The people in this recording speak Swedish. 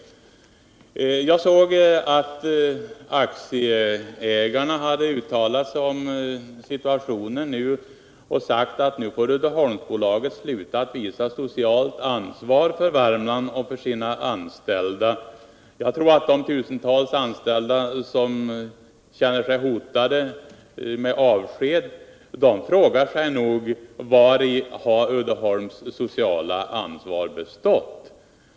Jag såg att aktieägarna hade uttalat sig om den nuvarande situationen och sagt att Uddeholmsbolaget nu får sluta visa socialt ansvar för Värmland och för sina anställda. Jag tror att de tusentals anställda som känner sig hotade med avsked frågar sig: Vari har Uddeholmsbolagets sociala ansvar bestått?